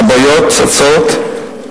הבעיות צצות,